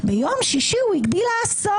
ביום שישי הוא הגדיל לעשות: